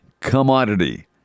commodity